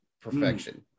perfection